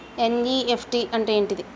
NEFT అంటే ఏంటిది?